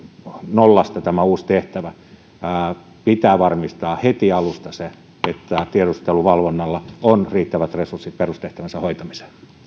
nollasta tämä uusi tehtävä että pitää varmistaa heti alusta se että tiedusteluvalvonnalla on riittävät resurssit perustehtävänsä hoitamiseen